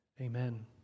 Amen